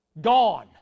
gone